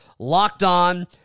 LOCKEDON